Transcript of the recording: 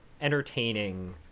entertaining